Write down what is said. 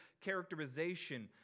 characterization